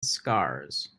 scars